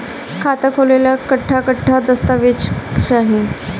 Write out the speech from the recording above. खाता खोले ला कट्ठा कट्ठा दस्तावेज चाहीं?